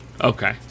Okay